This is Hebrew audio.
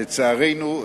לצערנו,